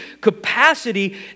capacity